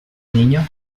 niño